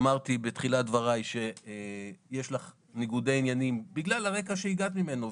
אמרתי בתחילת דבריי שיש לך ניגודי עניינים בגלל הרקע שהגעת ממנו,